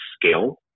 scale